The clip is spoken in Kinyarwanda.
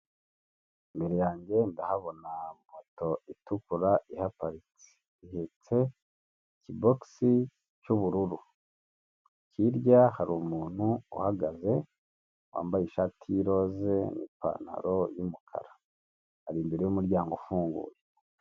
Imbere yanjye ndahabona moto itukura ihaparitse, ihetse ikibogisi cy'ubururu kirya hari umuntu uhagaze wambaye ishati y'iroze n'ipantaro y'umukara ari imbere y'umuryango ufunguye.